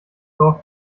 dorf